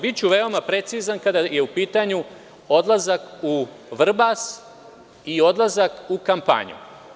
Biću veoma precizan kada je u pitanju odlazak u Vrbas i odlazak u kampanju.